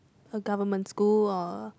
a government school or a